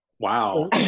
Wow